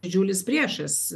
didžiulis priešas